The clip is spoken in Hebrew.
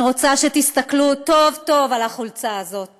אני רוצה שתסתכלו טוב-טוב על החולצה הזאת